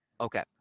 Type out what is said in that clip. okay